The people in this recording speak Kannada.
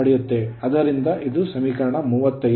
ಆದ್ದರಿಂದ ಇದು ಸಮೀಕರಣ 35